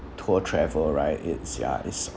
tour travel right it's ya it's